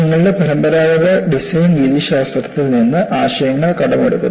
നിങ്ങളുടെ പരമ്പരാഗത ഡിസൈൻ രീതിശാസ്ത്രത്തിൽ നിന്ന് ആശയങ്ങൾ കടമെടുക്കുന്നു